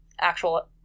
actual